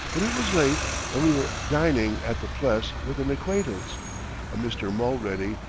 but it was late and we were dining at the pless with an acquaintance, a mr. mulready,